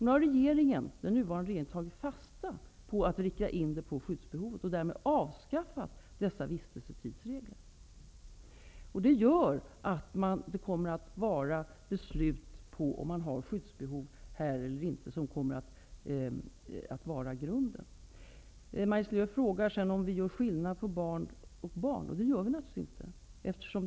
Nu har den nuvarande regeringen tagit fasta på skyddsbehovet och därmed avskaffat vistelsetidsreglerna. Det är alltså skyddsbehovet som kommer att utgöra grunden för beslut. Maj-Lis Lööw frågade om regeringen gör skillnad på barn och barn. Det gör vi natruligtvis inte.